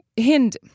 Hind